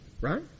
Right